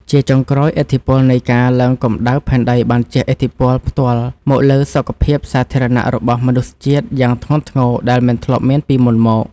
ជាចុងក្រោយ ឥទ្ធិពលនៃការឡើងកម្ដៅផែនដីបានជះឥទ្ធិពលផ្ទាល់មកលើសុខភាពសាធារណៈរបស់មនុស្សជាតិយ៉ាងធ្ងន់ធ្ងរដែលមិនធ្លាប់មានពីមុនមក។